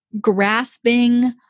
grasping